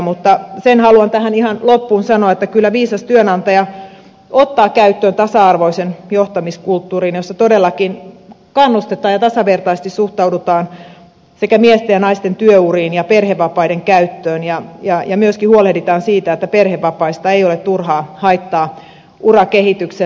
mutta sen haluan tähän ihan loppuun sanoa että kyllä viisas työnantaja ottaa käyttöön tasa arvoisen johtamiskulttuurin jossa todellakin kannustetaan ja tasavertaisesti suhtaudutaan sekä miesten että naisten työuriin ja perhevapaiden käyttöön ja myöskin huolehditaan siitä että perhevapaista ei ole turhaa haittaa urakehitykselle